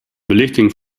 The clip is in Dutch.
belichting